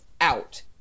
out